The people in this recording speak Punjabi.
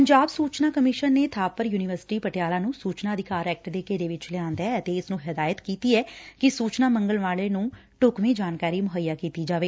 ਪੰਜਾਬ ਸੂਚਨਾ ਕਮਿਸ਼ਨ ਨੇ ਬਾਪਰ ਯੂਨੀਵਰਸਿਟੀ ਪਟਿਆਲਾ ਨੂੰ ਸੂਚਨਾ ਅਧਿਕਾਰ ਐਕਟ ਦੇ ਘੇਰੇ ਵਿਚ ਲਿਆਂਦਾ ਏ ਅਤੇ ਇਸ ਨੂੰ ਹਦਾਇਤ ਕੀਤੀ ਏ ਕਿ ਸੁਚਨਾ ਮੰਗਣ ਵਾਲੇ ਨੂੰ ਢੂਕਵੀ ਜਾਣਕਾਰੀ ਮੁਹੱਈਆ ਕੀਤੀ ਜਾਵੇ